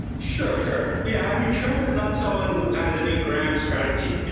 sure, sure. yeah, i mean, trump is not someone who has any grand strategy.